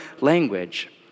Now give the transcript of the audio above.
language